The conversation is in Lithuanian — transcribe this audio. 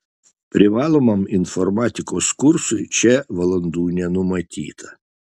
privalomam informatikos kursui čia valandų nenumatyta